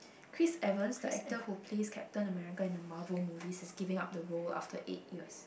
Chris-Evans the actor who plays Captain America in the Marvel movie is giving up the role after eight years